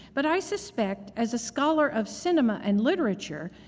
but i suspect as a scholar of cinema and literature,